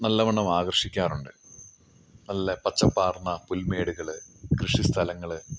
നല്ലവണ്ണം ആകർഷിക്കാറുണ്ട് നല്ല പച്ചപ്പാർന്ന പുൽമേടുകൾ കൃഷിസ്ഥലങ്ങൾ